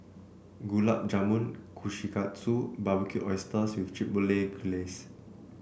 Gulab Jamun Kushikatsu and Barbecued Oysters with Chipotle Glaze